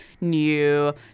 new